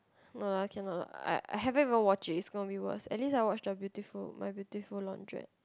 no lah cannot lah I I haven't even watch it's gonna be worse at least I watch the beautiful My-Beautiful-Laundrette